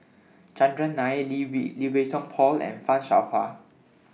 Chandran Nair Lee V Lee Wei Song Paul and fan Shao Hua